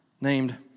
named